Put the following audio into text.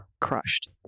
Crushed